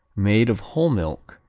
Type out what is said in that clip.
made of whole milk,